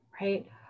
right